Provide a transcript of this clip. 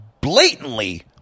blatantly